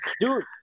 Dude